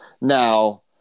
Now